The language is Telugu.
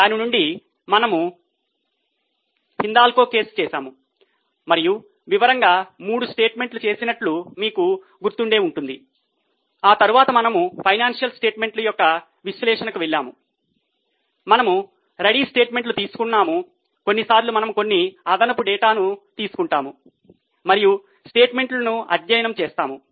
దాని నుండి మనము హిందాల్కో కేసు చేశాము మరియు వివరంగా మూడు స్టేట్మెంట్స్ చేసినట్లు మీకు గుర్తుండే ఉంటుంది ఆ తరువాత మనము ఫైనాన్షియల్ స్టేట్మెంట్స్ యొక్క విశ్లేషణకు వెళ్ళాము మనము రెడీ స్టేట్మెంట్స్ తీసుకుంటాము కొన్నిసార్లు మనము కొన్ని అదనపు డేటాను తీసుకుంటాము మరియు స్టేట్మెంట్లను అధ్యయనం చేస్తాము